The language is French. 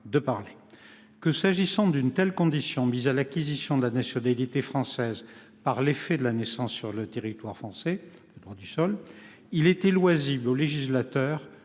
–« que s’agissant d’une telle condition mise à l’acquisition de la nationalité française par l’effet de la naissance sur le territoire français, »– le droit du sol –« il était loisible au législateur